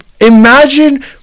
Imagine